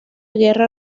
guerra